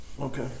Okay